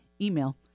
email